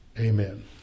amen